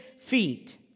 feet